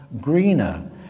greener